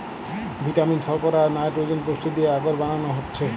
vitamin, শর্করা, আর nitrogen পুষ্টি দিয়ে আগর বানানো হচ্ছে